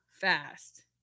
fast